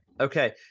okay